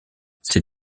ces